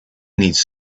needs